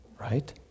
right